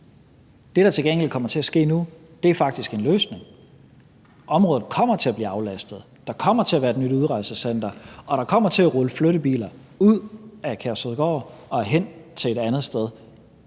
Det, der til gengæld kommer til at ske nu, er, at der faktisk kommer en løsning. Området kommer til at blive aflastet, der kommer til at være et nyt udrejsecenter, og der kommer til at rulle flyttebiler ud af Kærshovedgård og hen til et andet sted.